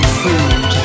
food